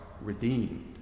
redeemed